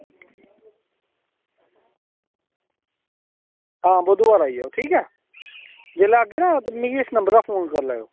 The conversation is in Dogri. हां बुधवार आई जाएओ ठीक ऐ जेल्लै आह्गे ना ते मिगी इस नंबर उप्परा फोन करी लैएओ